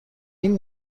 این